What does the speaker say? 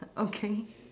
okay